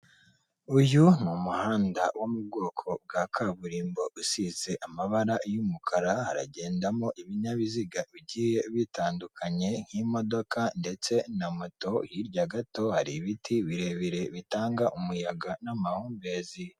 Uyu n’umuhanda wo mu bwoko bwa kaburimbo usize amabara y'umukara, hagendamo ibinyabiziga bugiye bitandukanye nk'imodoka ndetse na moto, hirya gato har’ibiti birebire bitanga umuyaga n'amahumbezi.